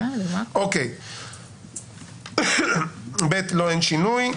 ב-(ב) אין שינוי.